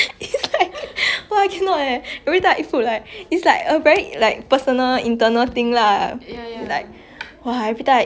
it's like !wah! everytime I eat I drink bubble tea !wah! this one so much sugar then everybody warning about the effect of sugar then it's like